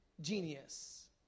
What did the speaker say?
genius